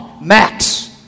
Max